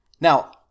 Now